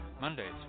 Mondays